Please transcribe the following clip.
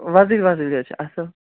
وۄزٕلۍ وۄزٕلۍ حظ چھِ اصل